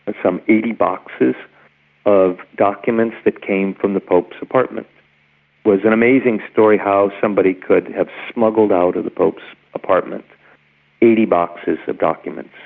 but some eighty boxes of documents that came from the pope's apartment. it was an amazing story how somebody could have smuggled out of the pope's apartment eighty boxes of documents.